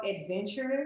adventurous